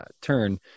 turn